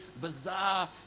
bizarre